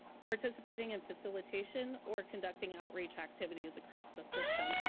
participating in facilitation, or conducting outrage activities across the system.